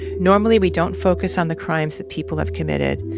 normally we don't focus on the crimes that people have committed,